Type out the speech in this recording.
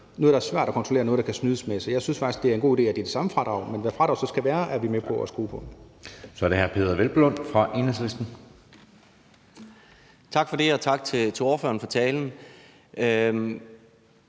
der er svært at kontrollere, og noget, der kan snydes med. Så jeg synes faktisk, det er en god idé, at det er det samme fradrag, men hvad fradraget så skal være, er vi med på at skrue på. Kl. 14:07 Anden næstformand (Jeppe Søe): Så er det hr. Peder Hvelplund